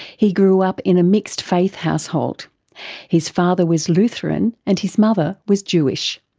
he grew up in a mixed faith household his father was lutheran and his mother was jewish.